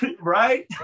right